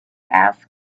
asked